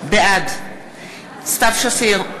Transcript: בעד סתיו שפיר,